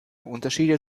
unterschiede